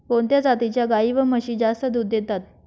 कोणत्या जातीच्या गाई व म्हशी जास्त दूध देतात?